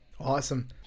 Awesome